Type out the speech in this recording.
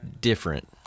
different